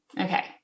okay